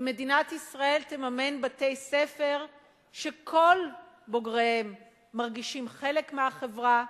אם מדינת ישראל תממן בתי-ספר שכל בוגריהם מרגישים חלק מהחברה,